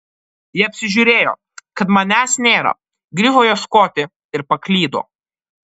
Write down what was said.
jie apsižiūrėjo kad manęs nėra grįžo ieškoti ir paklydo